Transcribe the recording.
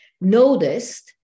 noticed